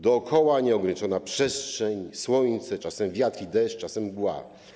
Dookoła nieograniczona przestrzeń, słońce, czasem wiatr i deszcz, czasem mgła.